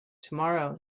tomorrow